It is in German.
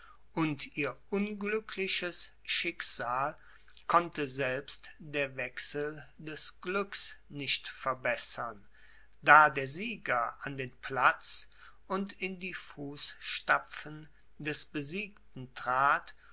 und ihr unglückliches schicksal konnte selbst der wechsel des glücks nicht verbessern da der sieger an den platz und in die fußstapfen des besiegten trat